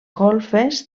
golfes